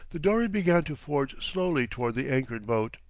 the dory began to forge slowly toward the anchored boat.